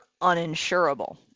uninsurable